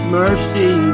mercy